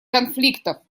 конфликтов